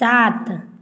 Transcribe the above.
सात